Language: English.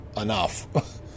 enough